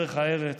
ובדרך ארץ.